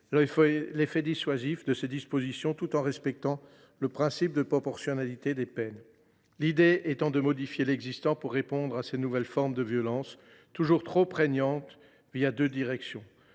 l’effet dissuasif de ces dispositions tout en respectant le principe de proportionnalité des peines. L’objectif est de modifier l’existant pour répondre à ces nouvelles formes de violences toujours trop prégnantes, en empruntant deux directions.